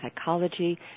psychology